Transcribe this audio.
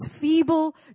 feeble